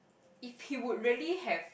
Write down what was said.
if he would really have